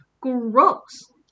gross